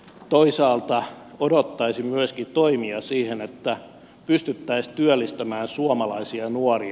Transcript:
toisaalta odottaisin myöskin toimia siihen että pystyttäisiin työllistämään suomalaisia nuoria